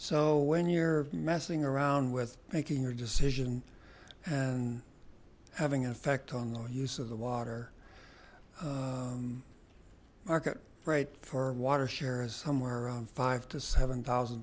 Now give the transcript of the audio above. so when you're messing around with making your decision and having an effect on the use of the water market right for water share is somewhere around five to seven thousand